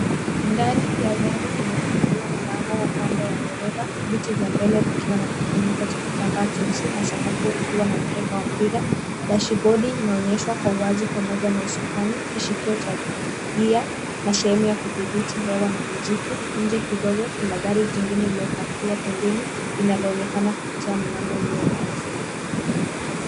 Ndani ya gari limefunguliwa mlango upande wa dereva viti vya mbele vikiwa na kifuniko cha kitambaa cheusi na sakafu ikiwa na mkeka wa mpira dashboard inaonyeshwa kwa uwazi pamoja na usukani, kishikio cha gear , na sehemu ya kudhibiti hewa na muziki. Nje kidogo kuna gari lingine lililo pakiwa pembeni linalo onekana kupitia mlango ulio wazi.